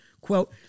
Quote